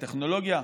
בטכנולוגיה,